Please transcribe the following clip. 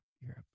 Europe